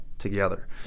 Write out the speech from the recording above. together